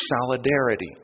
solidarity